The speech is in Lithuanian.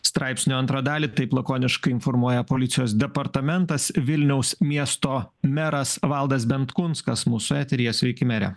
straipsnio antrą dalį taip lakoniškai informuoja policijos departamentas vilniaus miesto meras valdas bentkunskas mūsų eteryje sveiki mere